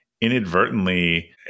inadvertently